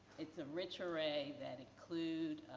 it's a rich array that include